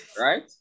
right